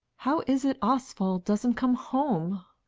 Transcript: how is it oswald doesn't come home?